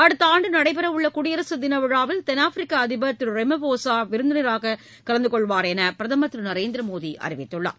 அடுத்த ஆண்டு நடைபெற உள்ள குடியரசு தின விழாவில் தென்னாப்பிரிக்க அதிபர் திரு ரெம்போசா தலைமை விருந்தினராகக் கலந்து கொள்வார் என்று பிரதமர் திரு நரேந்திர மோடி அறிவித்துள்ளார்